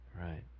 Right